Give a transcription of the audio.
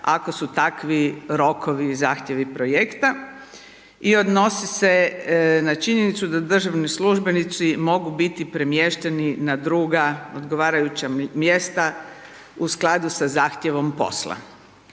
ako su takvi rokovi i zahtjevi projekta i odnosi se na činjenicu da državni službenici mogu biti premješteni na druga odgovarajuća mjesta u skladu sa zahtjevom posla.